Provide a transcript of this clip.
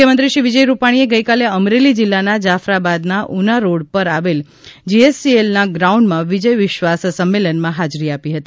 મુખ્યમંત્રીશ્રી વિજય રૂપાણીએ ગઇકાલે અમરેલી જિલ્લાના જાફરાબાદના ઉના રોડ પર આવેલ જીએચસીએલના ગ્રાઉન્ડમાં વિજય વિશ્વાસ સંમેલનમાં હાજરી આપી હતી